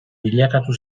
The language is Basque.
bilakatu